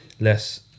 less